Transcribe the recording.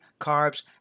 carbs